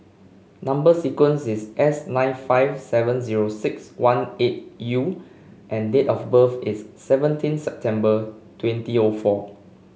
number sequence is S nine five seven zero six one eight U and date of birth is seventeen September twenty O four